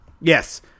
Yes